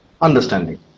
understanding